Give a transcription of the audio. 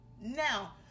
Now